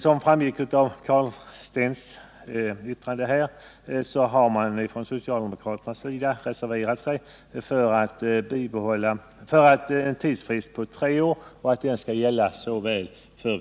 Som framgick av Rune Carlsteins anförande har socialdemokraterna reserverat sig för en tidsfrist på tre år gällande för såväl